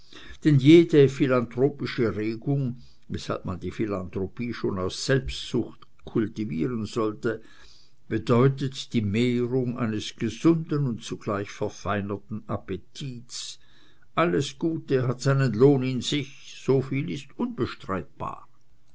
denn jede philanthropische regung weshalb man die philanthropie schon aus selbstsucht kultivieren sollte bedeutet die mehrung eines gesunden und zugleich verfeinerten appetits alles gute hat seinen lohn in sich soviel ist unbestreitbar